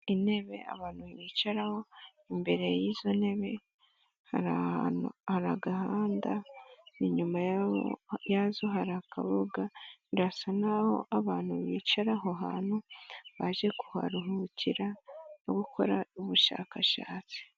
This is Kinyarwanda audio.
Intebe abantu bicaraho, imbere y'izo ntebe hari agahanda, n'inyuma yazo harirakabuga birasa n'aho abantu bicara aho hantu baje kuharuhukira no gukora ubushakashatsi.